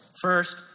First